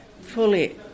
fully